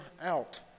out